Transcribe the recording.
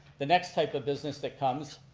the next type of business that comes,